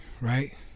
right